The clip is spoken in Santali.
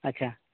ᱟᱪᱪᱷᱟ